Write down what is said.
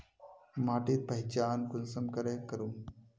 माटिर पहचान कुंसम करे करूम?